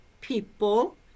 people